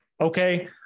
okay